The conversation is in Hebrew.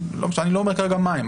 אני לא אומר כרגע מה הן,